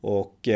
och